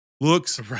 Looks